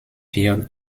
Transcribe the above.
wird